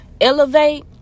elevate